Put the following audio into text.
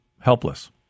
helpless